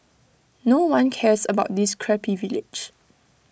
no one cares about this crappy village